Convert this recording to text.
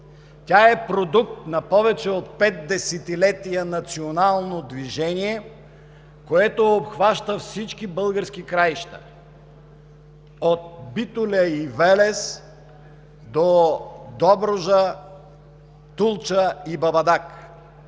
Тя е продукт на повече от пет десетилетия национално движение, което обхваща всички български краища – от Битоля и Вéлес до Добруджа, Тулча и Бабадаг,